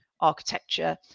architecture